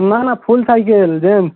না না full cycle gents